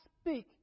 speak